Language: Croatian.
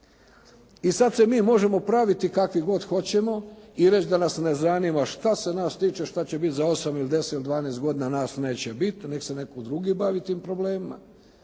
I sada se mi možemo praviti kakvi god hoćemo i reći da nas ne zanima. Što se nas tiče što će biti za 8, 10 ili 12 godina, nas neće biti, nek se netko drugi bavi tim problemima.